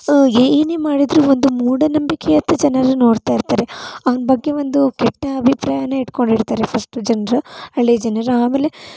ಏನೇ ಮಾಡಿದರೂ ಒಂದು ಮೂಢನಂಬಿಕೇಂತ ಜನರು ನೋಡ್ತಾ ಇರ್ತಾರೆ ಅವನ ಬಗ್ಗೆ ಒಂದು ಕೆಟ್ಟ ಅಭಿಪ್ರಾಯನ ಇಟ್ಕೊಂಡಿರ್ತಾರೆ ಫಸ್ಟು ಜನರು ಹಳ್ಳಿಯ ಜನರು ಆಮೇಲೆ